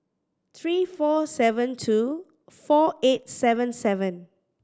three four seven two four eight seven seven